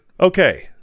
okay